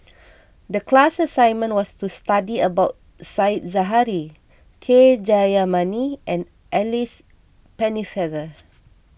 the class assignment was to study about Said Zahari K Jayamani and Alice Pennefather